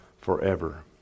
forever